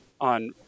on